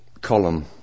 column